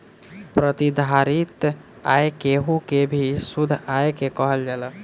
प्रतिधारित आय केहू के भी शुद्ध आय के कहल जाला